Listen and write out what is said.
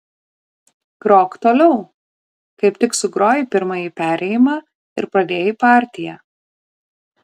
grok toliau kaip tik sugrojai pirmąjį perėjimą ir pradėjai partiją